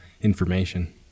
information